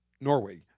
Norway